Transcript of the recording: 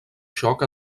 xoc